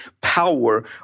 power